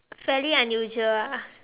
fairly unusual ah